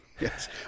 Yes